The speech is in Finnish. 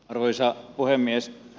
arvoisa puhemies